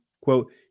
Quote